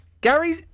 Gary